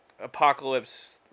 apocalypse